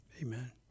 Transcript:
Amen